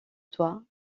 toit